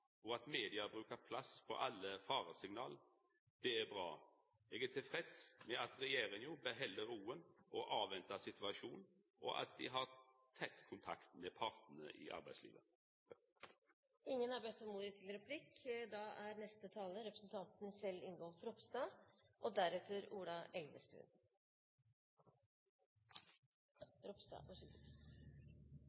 og at media bruker plass på alle faresignal. Det er bra. Eg er tilfreds med at regjeringa beheld roa og avventar situasjonen, og at ho har tett kontakt med partane i arbeidslivet.